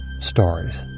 stories